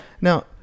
now